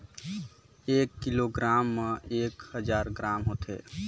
एक किलोग्राम म एक हजार ग्राम होथे